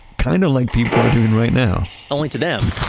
kind of like people are doing right now only to them,